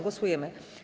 Głosujemy.